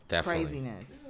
craziness